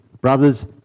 brothers